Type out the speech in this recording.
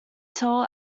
tel